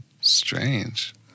Strange